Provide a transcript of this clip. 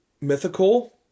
Mythical